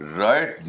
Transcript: right